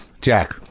Jack